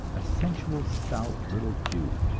a sensual, stout little jew.